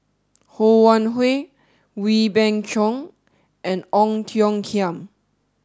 Ho Wan Hui Wee Beng Chong and Ong Tiong Khiam